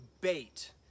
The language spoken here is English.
bait